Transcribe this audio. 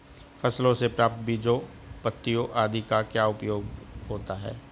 फसलों से प्राप्त बीजों पत्तियों आदि का क्या उपयोग होता है?